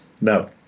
No